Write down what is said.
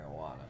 marijuana